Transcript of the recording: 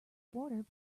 boarder